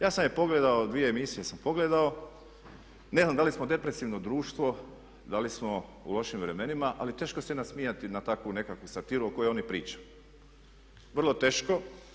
Ja sam je pogledao, dvije emisije sam pogledao, ne znam da li smo depresivno društvo, da li smo u lošim vremenima ali teško se nasmijati na takvu nekakvu satiru o kojoj oni pričaju, vrlo teško.